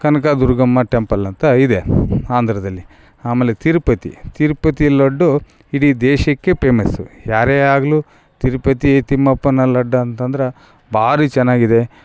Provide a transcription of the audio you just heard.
ಕನಕ Durgamma temple ಅಂತ ಇದೆ ಆಂಧ್ರದಲ್ಲಿ ಆಮೇಲೆ ತಿರುಪತಿ ತಿರುಪತಿ ಲಡ್ಡು ಇಡೀ ದೇಶಕ್ಕೆ ಪೇಮಸ್ಸು ಯಾರೆ ಆಗಲೂ ತಿರುಪತಿ ತಿಮ್ಮಪ್ಪನ ಲಡ್ಡು ಅಂತಂದ್ರೆ ಭಾರಿ ಚೆನ್ನಾಗಿದೆ